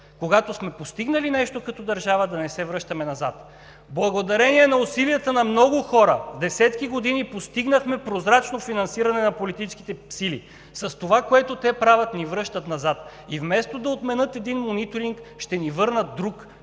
когато сме постигнали нещо като държава, да не се връщаме назад. Благодарение на усилията на много хора през десетките години, постигнахме прозрачно финансиране на политическите сили. С това, което правят, ни връщат назад. И вместо да отменят един мониторинг, ще ни върнат друг,